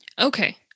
Okay